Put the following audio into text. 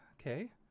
Okay